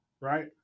right